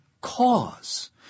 cause